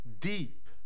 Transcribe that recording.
deep